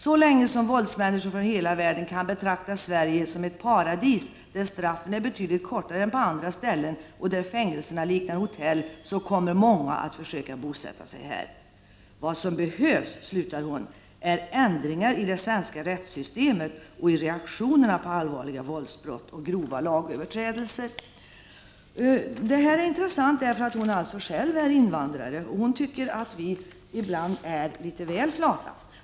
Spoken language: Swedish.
Så länge som våldsmänniskor från hela världen kan betrakta Sverige som ett paradis, där straffen är betydligt kortare än på andra ställen och där fängelserna liknar hotell så kommer många att försöka bosätta sig här.” Hon avslutar sin artikel med följande ord: ”Vad som behövs är ändringar i det svenska rättssystemet och i reaktionerna på allvarliga våldsbrott och grova lagöverträdelser.” Detta är intressant, eftersom författaren själv är invandrare. Hon tycker att vi ibland är litet väl flata.